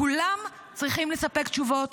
לכולם צריכים לספק תשובות,